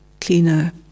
cleaner